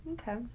Okay